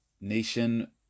nation